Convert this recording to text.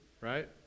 right